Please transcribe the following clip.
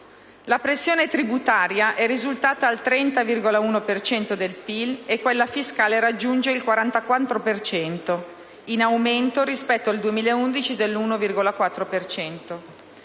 La pressione tributaria è risultata il 30,1 per cento del PIL e quella fiscale raggiunge il 44 per cento, in aumento rispetto al 2011 dell'1,4